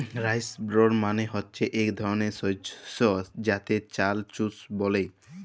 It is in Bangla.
রাইস ব্রল মালে হচ্যে ইক ধরলের শস্য যাতে চাল চুষ ব্যলে